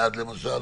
עד עכשיו,